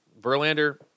Verlander